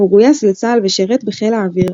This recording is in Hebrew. הוא גויס לצה"ל ושירת בחיל האוויר,